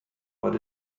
what